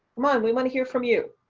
um ah and we want to hear from you.